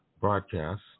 broadcast